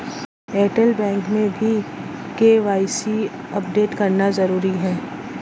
Airtel bank में भी KYC update करना जरूरी है